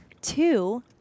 Two